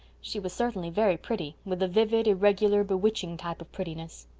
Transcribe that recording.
she was certainly very pretty, with a vivid, irregular, bewitching type of prettiness.